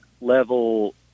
level –